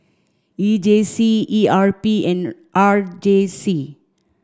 E J C E R P and R J C